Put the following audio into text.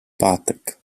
pátek